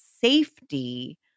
safety